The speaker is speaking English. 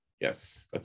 yes